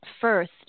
first